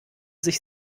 sich